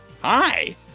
Hi